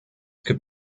could